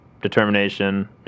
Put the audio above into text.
Determination